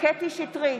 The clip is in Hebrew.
קטי קטרין שטרית,